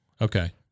Okay